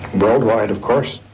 worldwide, of course.